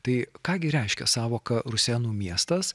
tai ką gi reiškia sąvoka rusėnų miestas